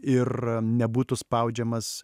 ir nebūtų spaudžiamas